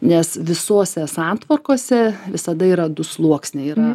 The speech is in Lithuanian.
nes visose santvarkose visada yra du sluoksniai yra